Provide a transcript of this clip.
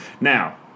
now